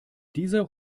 dieser